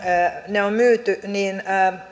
ne on myyty